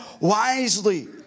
wisely